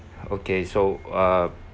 okay so uh